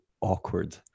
awkward